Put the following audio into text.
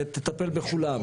ותטפל בכולן.